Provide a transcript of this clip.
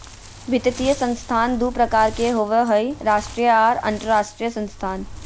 वित्तीय संस्थान दू प्रकार के होबय हय राष्ट्रीय आर अंतरराष्ट्रीय संस्थान